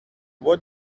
what